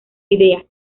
idea